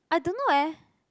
I don't know eh